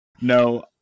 No